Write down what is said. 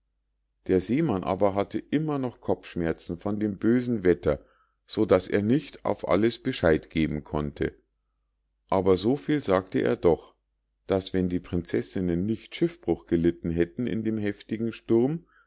der seemann aber hatte immer noch kopfschmerzen von dem bösen wetter so daß er nicht auf alles bescheid geben konnte aber so viel sagte er doch daß wenn die prinzessinnen nicht schiffbruch gelitten hätten in dem heftigen sturm